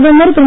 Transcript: பிரதமர் திரு